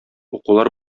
укулар